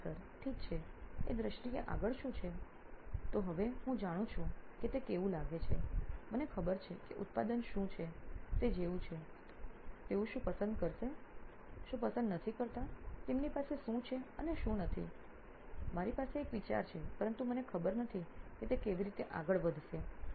પ્રાધ્યાપક ઠીક છે એ દ્રષ્ટિએ આગળ શું છે તો હવે હું જાણું છું કે તે કેવું લાગે છે મને ખબર છે કે ઉત્પાદન શું છે તે જેવું છે તેઓ શું પસંદ કરે છે શું પસંદ નથી કરતા તેમની પાસે શું છે અને શું નથી મારી પાસે એક વિચાર છે પરંતુ મને ખબર નથી કે તે કેવી રીતે આગળ વધશે